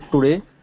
today